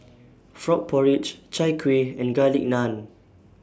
Frog Porridge Chai Kuih and Garlic Naan